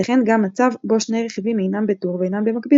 ייתכן גם מצב בו שני רכיבים אינם בטור ואינם במקביל,